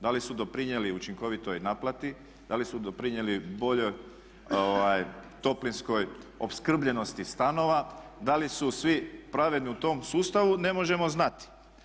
Da li su doprinijeli učinkovitoj naplati, da li su doprinijeli boljoj toplinskoj opskrbljenosti stanova, da li su svi pravedni u tom sustavu ne možemo znati.